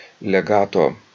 legato